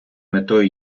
метою